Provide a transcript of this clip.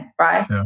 right